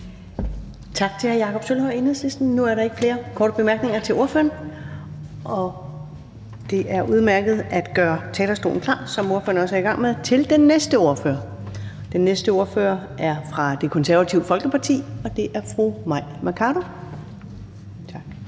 Tak til hr. Jakob Sølvhøj, Enhedslisten. Der er ikke flere korte bemærkninger til ordføreren. Det er udmærket at gøre talerstolen klar, som ordføreren også er i gang med, til den næste ordfører. Den næste ordfører er fra Det Konservative Folkeparti, og det er fru Mai Mercado.